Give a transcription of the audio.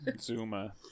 Zuma